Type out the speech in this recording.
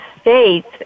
states